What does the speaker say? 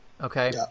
Okay